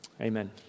Amen